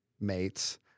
mates